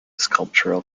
sculptural